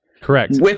Correct